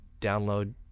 download